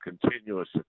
continuous